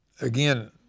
again